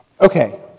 Okay